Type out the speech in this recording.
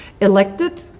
elected